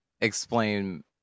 explain